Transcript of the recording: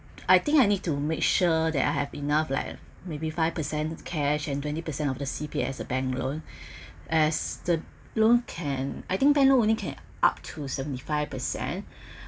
I think I need to make sure that I have enough like maybe five percent cash and twenty percent of the C_P_F the bank loan as the loan can I think bank loan only can up to seventy five percent